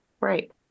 Right